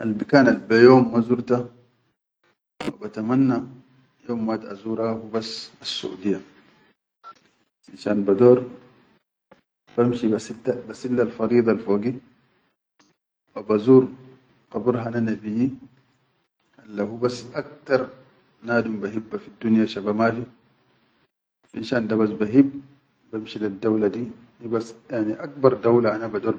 Albikan albeyom ma zurta wa batamanna yom wahit azura hubas, assudiya, finshan bador bambshi basillal faridel-fogi, wa bazur qabir hana nabiyyi alla hubas aktar nadum bahibba shaba fiddunya mafi, finshan dabas bahib bamshi leddawla di hibas yani akba dawla.